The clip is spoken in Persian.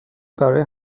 برای